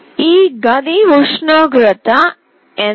ఈ గది ప్రస్తుత ఉష్ణోగ్రత ఎంత